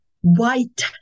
White